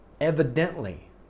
evidently